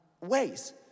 ways